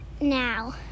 now